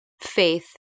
faith